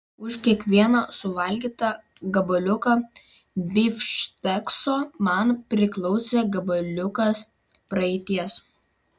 už kiekvieną suvalgytą gabaliuką bifštekso man priklausė gabaliukas praeities